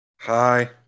Hi